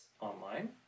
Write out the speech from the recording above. online